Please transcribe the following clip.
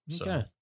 Okay